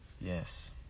Yes